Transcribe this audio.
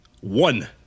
One